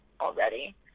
already